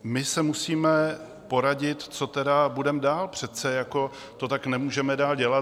My se musíme poradit, co tedy budeme dál, přece to tak nemůžeme dál dělat.